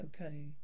okay